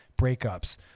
breakups